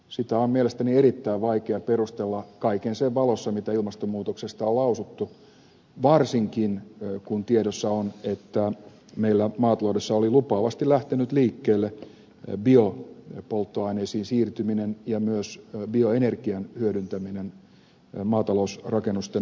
sitä on mielestäni erittäin vaikea perustella kaiken sen valossa mitä ilmastonmuutoksesta on lausuttu varsinkin kun tiedossa on että meillä maataloudessa oli lupaavasti lähtenyt liikkeelle biopolttoaineisiin siirtyminen ja myös bioenergian hyödyntäminen maatalousrakennusten lämmityksessä